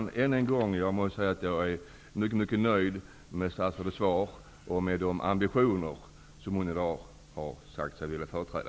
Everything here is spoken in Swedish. Jag vill än en gång uttrycka att jag är mycket nöjd med statsrådets svar och med de ambitioner som hon har sagt sig vilja företräda.